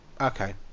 okay